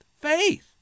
faith